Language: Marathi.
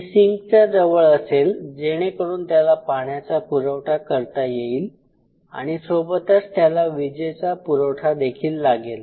ते सिंकच्या जवळ असेल जेणेकरून त्याला पाण्याचा पुरवठा करता येईल आणि सोबतच त्याला विजेचा पुरवठा देखील लागेल